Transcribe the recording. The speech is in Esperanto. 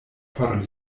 por